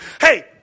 hey